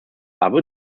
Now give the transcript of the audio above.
abu